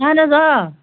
اَہَن حظ آ